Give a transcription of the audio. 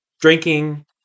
drinking